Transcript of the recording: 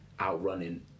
outrunning